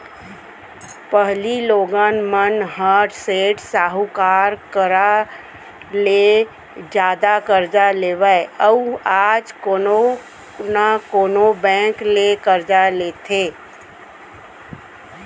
पहिली लोगन मन ह सेठ साहूकार करा ले जादा करजा लेवय अउ आज कोनो न कोनो बेंक ले करजा लेथे